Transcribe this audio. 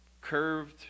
curved